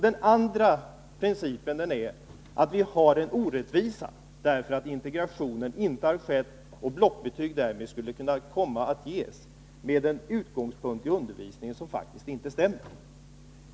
Den andra principen är att vi har en orättvisa, därför att integrationen inte har skett och blockbetyg därmed skulle kunna komma att ges med en utgångspunkt i Nr 42 undervisningen som faktiskt inte stämmer.